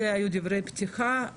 אלה היו דברי הפתיחה.